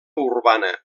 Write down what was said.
urbana